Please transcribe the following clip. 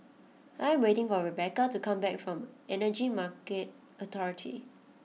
I am waiting for Rebeca to come back from Energy Market Authority